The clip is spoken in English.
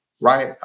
right